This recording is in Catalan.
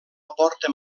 aporta